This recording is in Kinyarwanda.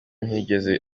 ntigeze